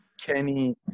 Kenny